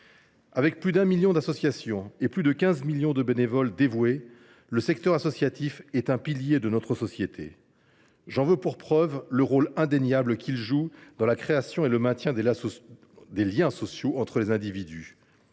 Avec plus d’un million d’associations et plus de quinze millions de bénévoles dévoués, le secteur associatif est un pilier de notre société. J’en veux pour preuve le rôle indéniable qu’il joue dans la création et le maintien des liens sociaux entre les individus.